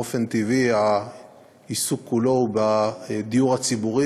באופן טבעי העיסוק כולו הוא בדיור הציבורי,